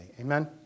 Amen